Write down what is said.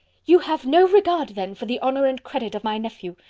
you have no regard, then, for the honour and credit of my nephew!